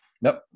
nope